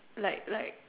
like like